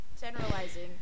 Generalizing